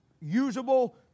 usable